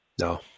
No